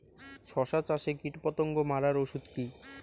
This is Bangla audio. শসা চাষে কীটপতঙ্গ মারার ওষুধ কি?